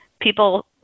people